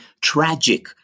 tragic